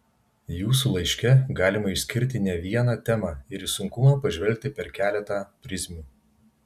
jūsų laiške galima išskirti ne vieną temą ir į sunkumą pažvelgti per keletą prizmių